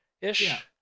ish